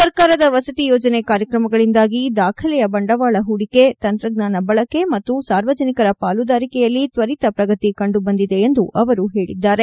ಸರ್ಕಾರದ ವಸತಿ ಯೋಜನೆ ಕಾರ್ಯಕ್ರಮಗಳಿಂದಾಗಿ ದಾಖಲೆಯ ಬಂಡವಾಳ ಹೂಡಿಕೆ ತಂತ್ರಜ್ಞಾನ ಬಳಕೆ ಮತ್ತು ಸಾರ್ವಜನಿಕರ ಪಾಲುದಾರಿಕೆಯಲ್ಲಿ ತ್ಯರಿತ ಪ್ರಗತಿ ಕಂಡುಬಂದಿದೆ ಎಂದು ಅವರು ಹೇಳಿದ್ದಾರೆ